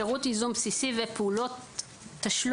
שירות ייזום בסיסי ופעולות תשלום,